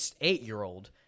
eight-year-old